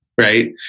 Right